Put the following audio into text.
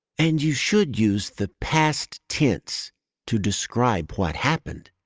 and you should use the past tense to describe what happened.